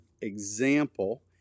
example